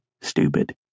stupid